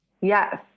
Yes